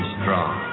strong